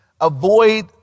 avoid